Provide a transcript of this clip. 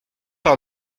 par